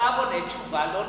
השר עונה תשובה לא נכונה.